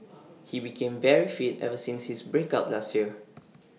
he became very fit ever since his break up last year